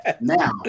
now